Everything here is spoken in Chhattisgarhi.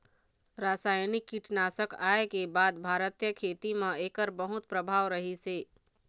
रासायनिक कीटनाशक आए के बाद भारतीय खेती म एकर बहुत प्रभाव रहीसे